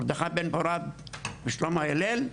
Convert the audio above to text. מרדכי בן פורת ושלמה הלל,